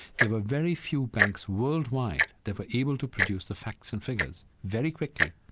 there were very few banks worldwide that were able to produce the facts and figures very quickly,